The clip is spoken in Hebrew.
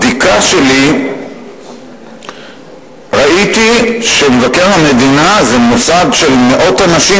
בבדיקה שלי ראיתי שמבקר המדינה זה מוסד של מאות אנשים